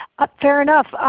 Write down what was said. ah fair enough.